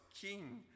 king